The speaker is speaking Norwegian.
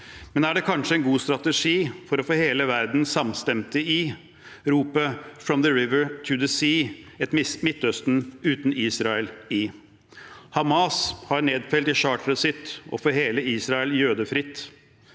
Men er det kanskje en god strategi for å få hele verden samstemt i ropet: «from the river to the sea», et Midtøsten uten Israel i? ------------ Hamas har nedfelt i charteret sitt å få hele Israel jødefritt,